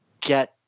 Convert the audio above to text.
get